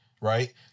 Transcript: right